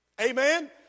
Amen